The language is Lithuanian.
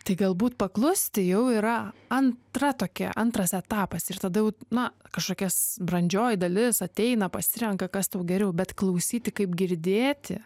tai galbūt paklusti jau yra antra tokia antras etapas ir tada jau na kažkokias brandžioji dalis ateina pasirenka kas tau geriau bet klausyti kaip girdėti